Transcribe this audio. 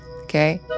okay